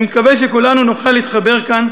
אני מקווה שכולנו נוכל להתחבר כאן,